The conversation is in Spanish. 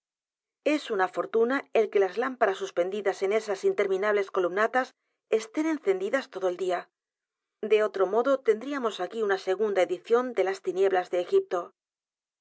es una fortuna el que las lámparas suspendidas en esas interminables columnatas estén encendidas todo el día de otro modo tendríamos aquí una segunda edición de las tinieblas de egipto